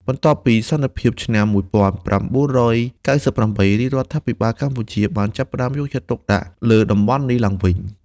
បន្ទាប់ពីសន្តិភាពឆ្នាំ ១៩៩៨ រាជរដ្ឋាភិបាលកម្ពុជាបានចាប់ផ្តើមយកចិត្តទុកដាក់លើតំបន់នេះឡើងវិញ។